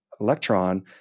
electron